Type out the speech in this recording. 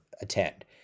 attend